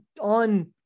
on